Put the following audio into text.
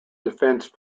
defence